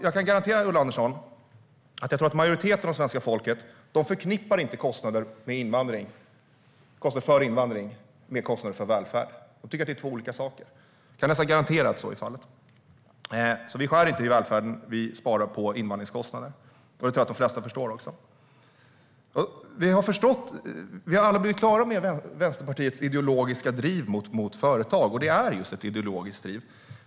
Jag tror inte, Ulla Andersson, att majoriteten av svenska folket förknippar kostnader för invandring med kostnader för välfärd. De tycker att det är två olika saker. Jag kan nästan garantera att så är fallet. Vi skär alltså inte i välfärden, utan vi sparar på invandringskostnader, och det tror jag att de flesta förstår. Vi har alla blivit klara över Vänsterpartiets ideologiska driv mot företag. Det är just ett ideologiskt driv.